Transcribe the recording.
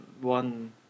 one